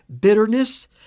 bitterness